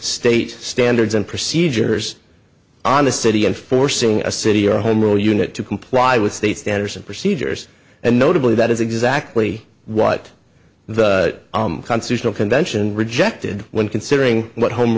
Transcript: state standards and procedures on the city and forcing a city or home rule unit to comply with state standards and procedures and notably that is exactly what the constitutional convention rejected when considering what home